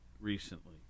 recently